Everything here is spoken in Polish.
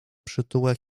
przytułek